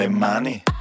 money